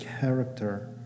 character